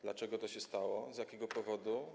Dlaczego to się stało, z jakiego powodu?